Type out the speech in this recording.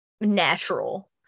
natural